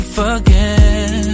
forget